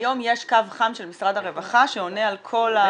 היום יש קו חם של משרד הרווחה שעונה על כל הפניות.